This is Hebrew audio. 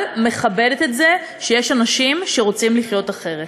אבל מכבדת את זה שיש אנשים שרוצים לחיות אחרת.